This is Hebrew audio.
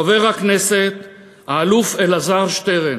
חבר הכנסת האלוף אלעזר שטרן,